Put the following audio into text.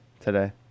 today